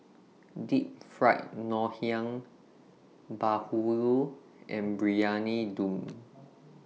Deep Fried Ngoh Hiang Bahulu and Briyani Dum